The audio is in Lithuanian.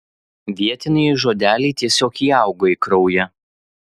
vietiniai žodeliai tiesiog įaugo į kraują